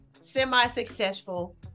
semi-successful